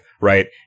right